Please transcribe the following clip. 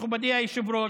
מכובדי היושב-ראש,